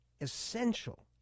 essential